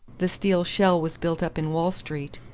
the steel shell was built up in wall street,